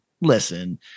listen